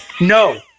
no